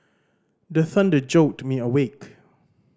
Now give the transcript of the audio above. the thunder jolt me awake